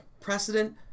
precedent